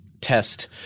test